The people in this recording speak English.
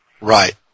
Right